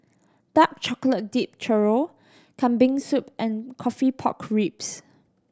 dark chocolate dip churro Kambing Soup and coffee pork ribs